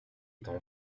étant